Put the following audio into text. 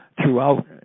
throughout